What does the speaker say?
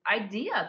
idea